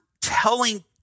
telling